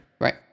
Right